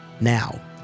Now